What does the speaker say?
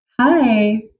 Hi